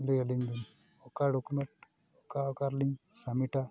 ᱞᱟᱹᱭᱟᱹᱞᱤᱧ ᱵᱮᱱ ᱚᱠᱟ ᱰᱚᱠᱳᱢᱮᱱᱴ ᱚᱠᱟ ᱚᱠᱟ ᱨᱮᱞᱤᱧ ᱥᱟᱵᱽᱢᱤᱴᱟ